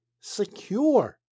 Secure